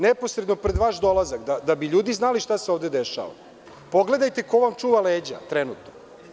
Neposredno pred vaš dolazak, da bi ljudi znali šta se ovde dešava, pogledajte ko vam čuva leđa trenutno?